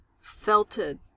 felted